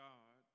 God